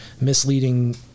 misleading